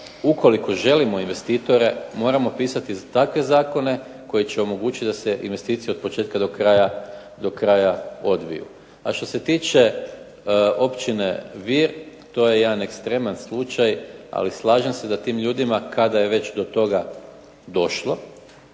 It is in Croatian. ukoliko želimo investitore moramo pisati takve zakone koji će omogućiti da investicije od početka do kraja odviju. A što se tiče Općine Vir, to je jedan ekstreman slučaj, ali slažem se da tim ljudima kada je već do toga došlo,